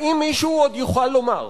האם מישהו עוד יוכל לומר,